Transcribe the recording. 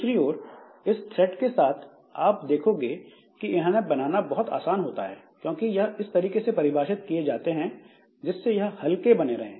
दूसरी ओर इस थ्रेड के साथ आप देखोगे कि इन्हें बनाना बहुत आसान होता है क्योंकि यह इस तरीके से परिभाषित किए जाते हैं जिससे यह हलके बने रहे